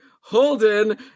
Holden